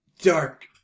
dark